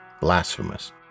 blasphemous